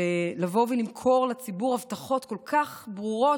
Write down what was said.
לבוא ולמכור לציבור הבטחות כל כך ברורות,